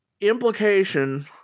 implication